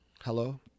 Hello